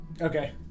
Okay